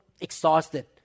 exhausted